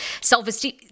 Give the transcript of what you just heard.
self-esteem